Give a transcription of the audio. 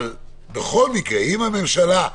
אבל בכל מקרה, אם הממשלה,